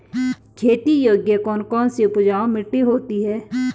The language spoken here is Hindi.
खेती योग्य कौन कौन सी उपजाऊ मिट्टी होती है?